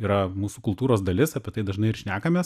yra mūsų kultūros dalis apie tai dažnai ir šnekamės